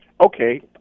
Okay